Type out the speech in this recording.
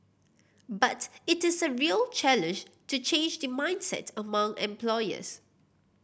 but it is a real challenge to change the mindset among employers